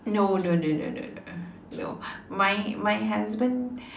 no no no no no no my my husband